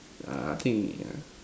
yeah I think yeah